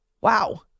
Wow